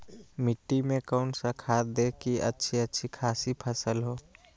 मिट्टी में कौन सा खाद दे की अच्छी अच्छी खासी फसल हो?